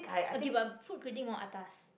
okay but food critic more atas